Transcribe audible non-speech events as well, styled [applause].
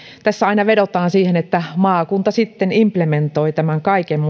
tässä aina vedotaan siihen että maakunta sitten implementoi tämän kaiken [unintelligible]